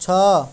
ଛଅ